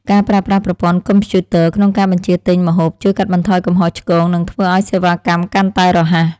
ការប្រើប្រាស់ប្រព័ន្ធកុំព្យូទ័រក្នុងការបញ្ជាទិញម្ហូបជួយកាត់បន្ថយកំហុសឆ្គងនិងធ្វើឱ្យសេវាកម្មកាន់តែរហ័ស។